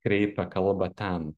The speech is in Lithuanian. kreipia kalbą ten